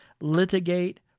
Litigate